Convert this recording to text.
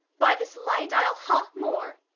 by this light, ile ha more.